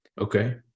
Okay